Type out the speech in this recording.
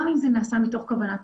גם אם זה נעשה מתוך כוונה טובה.